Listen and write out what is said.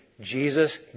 Jesus